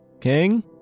King